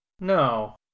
No